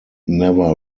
never